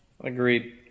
Agreed